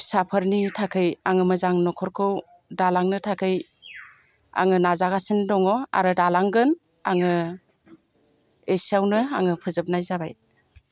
फिसाफोरनि थाखै आं मोजां न'खरखौ दालांनो थाखै आङो नाजागासिनो दङ आरो दालांगोन आङो एसेयावनो आङो फोजोबनाय जाबाय